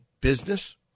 business